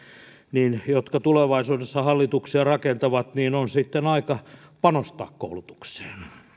niin niiden jotka tulevaisuudessa hallituksia rakentavat on sitten aika panostaa koulutukseen